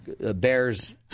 bears